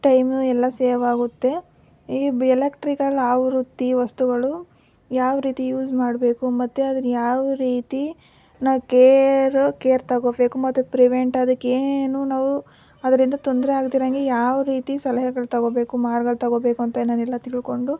time ಎಲ್ಲ save ಆಗುತ್ತೆ ಈ ಎಲೆಕ್ಟ್ರಿಕಲ್ ಆವೃತ್ತಿ ವಸ್ತುಗಳು ಯಾವ ರೀತಿ ಯೂಸ್ ಮಾಡಬೇಕು ಮತ್ತು ಅದನ್ನ ಯಾವ ರೀತಿ ನಾವು ಕೇರು ಕೇರ್ ತೊಗೋಬೇಕು ಮತ್ತು ಪ್ರಿವೆಂಟ್ ಅದಿಕ್ಕೆ ಏನು ನಾವು ಅದರಿಂದ ತೊಂದರೆ ಆಗ್ದಿರೋಂಗೆ ಯಾವ ರೀತಿ ಸಲಹೆಗಳು ತೊಗೋಬೇಕು ಮಾರ್ಗಳು ತೊಗೋಬೇಕು ಅಂತ ನಾನು ಎಲ್ಲ ತಿಳ್ಕೊಂಡು